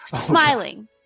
Smiling